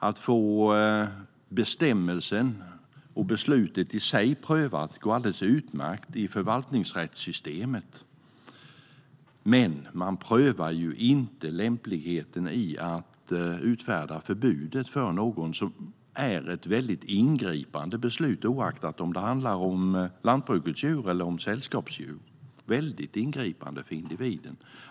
Att få bestämmelsen och beslutet i sig prövat går alldeles utmärkt i förvaltningsrättssystemet, men man prövar ju inte lämpligheten i att utfärda förbudet för någon. Det är ett väldigt ingripande beslut oavsett om det handlar om lantbruksdjur eller om sällskapsdjur, och det är ett väldigt ingripande för individen.